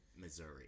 Missouri